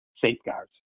safeguards